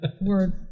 Word